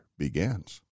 begins